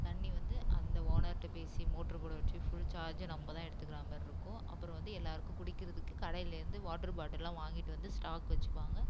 தண்ணி வந்து அந்த ஓனர்கிட்ட பேசி மோட்ரு போட வச்சு ஃபுல் சார்ஜும் நம்ம தான் எடுத்துக்கிறா மாரிருக்கும் அப்புறம் வந்து எல்லோருக்கும் குடிக்கிறதுக்கு கடையிலேந்து வாட்ரு பாட்டில்லாம் வாங்கிட்டு வந்து ஸ்டாக் வச்சிப்பாங்க